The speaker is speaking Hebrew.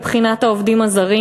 הוועדה לבחינת העובדים הזרים.